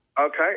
Okay